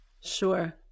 Sure